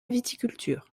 viticulture